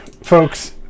folks